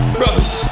brothers